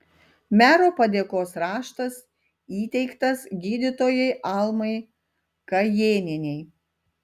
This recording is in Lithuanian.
mero padėkos raštas įteiktas gydytojai almai kajėnienei